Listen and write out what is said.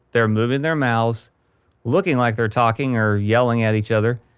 they're moving their mouths looking like they're talking or yelling at each other,